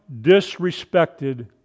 disrespected